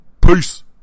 Peace